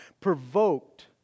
provoked